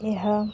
ଏହା